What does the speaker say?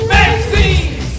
Magazines